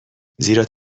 زیرا